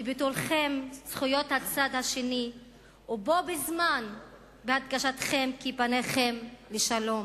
על ביטולכם את זכויות הצד השני ובו בזמן הדגשתכם כי פניכם לשלום,